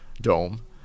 dome